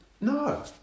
No